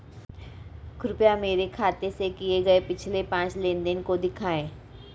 कृपया मेरे खाते से किए गये पिछले पांच लेन देन को दिखाएं